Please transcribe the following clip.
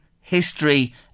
history